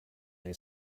they